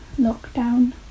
lockdown